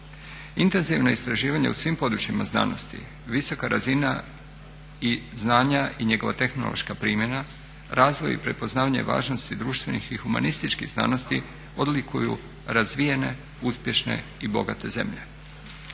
Intenzivna istraživanja u svim područjima znanosti visoka razina i znanja i njegova tehnološka primjena, razvoj i prepoznavanje važnosti društvenih i humanističkih znanosti odlikuju razvijene, uspješne i bogate zemlje.